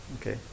okay